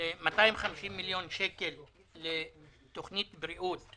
על 250 מיליון שקל לתוכנית בריאות.